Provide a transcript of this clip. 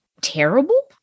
terrible